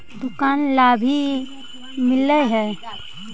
दुकान ला भी मिलहै?